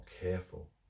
careful